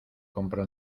compró